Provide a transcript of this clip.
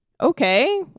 okay